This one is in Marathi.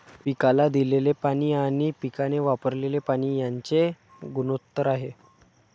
पिकाला दिलेले पाणी आणि पिकाने वापरलेले पाणी यांचे गुणोत्तर आहे